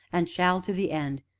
and shall, to the end,